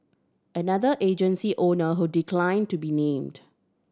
another agency owner who declined to be named